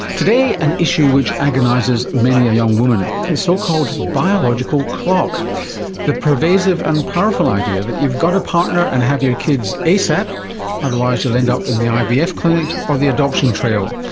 today an issue which agonises many a young woman, the so-called biological clock the pervasive and powerful idea that you've got to partner and have your kids asap otherwise you'll end up in the ivf clinic or the adoption trail.